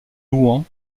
louant